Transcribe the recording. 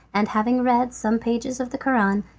and, having read some pages of the koran,